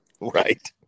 Right